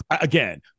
Again